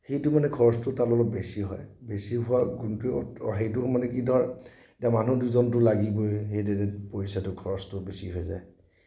সেইটো মানে খৰচটো তাত অলপ বেছি হয় বেছি হোৱা গুণটো সেইটো মানে কি ধৰক এতিয়া মানুহ দুজনতো লাগিবই সেইটোতে পইচাটো খৰচটো বেছি হৈ যায়